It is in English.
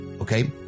Okay